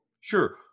Sure